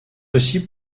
aussi